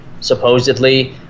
supposedly